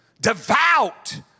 devout